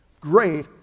great